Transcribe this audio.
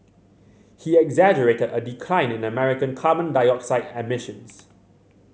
he exaggerated a decline in American carbon dioxide emissions